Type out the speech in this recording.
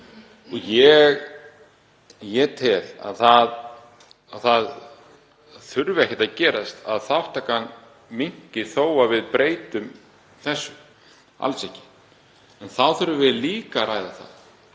Ég tel að það þurfi ekki að gerast að þátttaka minnki þó að við breytum þessu, alls ekki. Þá þurfum við líka að ræða